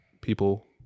people